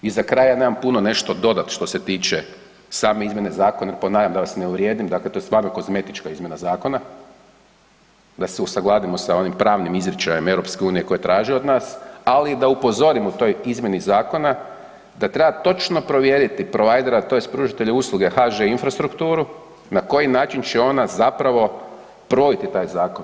I za kraj, ja nemam puno nešto dodati što se tiče same izmjene zakona, ponavljam da vas ne uvrijedim, dakle to je stvarno kozmetička izmjena zakona da se usagladimo sa onim pravnim izričajem EU koje traži od nas, ali i da upozorim u toj izmjeni zakona da treba točno provjeriti provider-a tj. pružatelja usluge HŽ Infrastrukturu na koji način će ona zapravo provesti taj zakon.